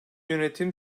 yönetim